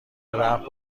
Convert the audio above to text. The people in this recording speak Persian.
رفت